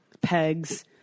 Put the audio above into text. pegs